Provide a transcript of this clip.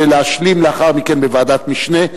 ולהשלים לאחר מכן בוועדת משנה.